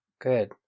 Good